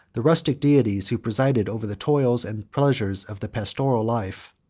the rustic deities who presided over the toils and pleasures of the pastoral life,